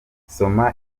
soma